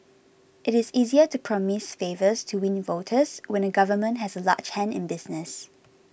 it is easier to promise favours to win voters when a government has a large hand in business